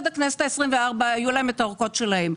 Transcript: הבחירות עד הכנסת ה-24 היו להם את הארכות שלהם.